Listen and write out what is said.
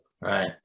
Right